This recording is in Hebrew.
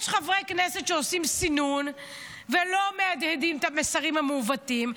יש חברי כנסת שעושים סינון ולא מהדהדים את המסרים המעוותים.